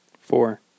Four